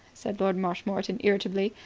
said lord marshmoreton irritably.